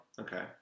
Okay